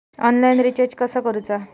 Online recharge कसा करूचा?